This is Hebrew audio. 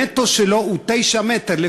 הנטו שלו הוא 9 מ"ר.